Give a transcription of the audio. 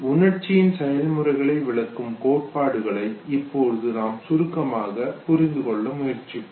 உணர்ச்சியின் செயல்முறைகளை விளக்கும் கோட்பாடுகளை இப்போது நாம் சுருக்கமாக புரிந்து கொள்ள முயற்சிப்போம்